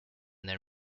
their